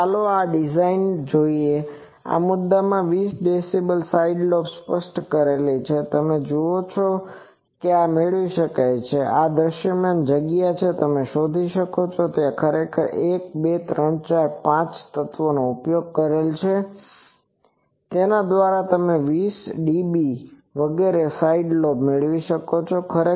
હવે ચાલો આ ડિઝાઇન જોઈએ છે આ મુદ્દા માં 20db સાઈડ લૉબ સ્પષ્ટ કરેલી છે તેથી તમે જુઓ છો કે આ મેળવી શકાય છે આ દૃશ્યમાન જગ્યા છે અને તમે શોધી શકો છો કે ત્યાં ખરેખર 1 2 3 4 5 તત્વોનો ઉપયોગ કરેલ છે તેના દ્વારા તમે 20db વગેરે સાઈડ લૉબ મેળવી શકો છો